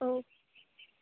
ꯑꯣ